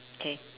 K